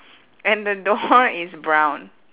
and the door is brown